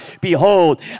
behold